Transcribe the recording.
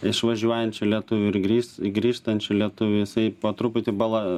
išvažiuojančių lietuvių ir grįs grįžtančių lietuvių jisai po truputį bala